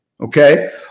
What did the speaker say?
Okay